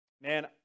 man